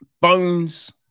Bones